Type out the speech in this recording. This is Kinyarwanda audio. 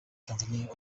tanzania